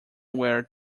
wear